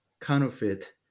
counterfeit